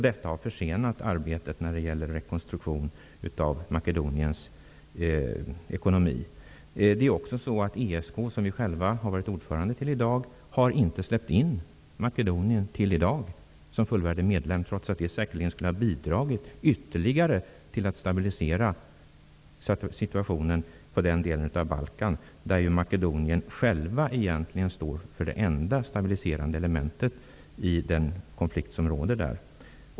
Detta har försenat arbetet när det gäller en rekonstruktion av ESK, där vi själva har varit ordförande, har i dag ännu inte släppt in Makedonien som fullvärdig medlem, trots att det säkerligen ytterligare skulle ha bidragit till att stabilisera situationen på denna del av Balkan. Där står ju egentligen Makedonien självt för det enda stabiliserande elementet i den konflikt som råder.